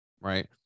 right